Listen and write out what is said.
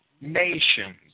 nations